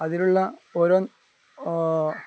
അതിലുള്ള ഓരോ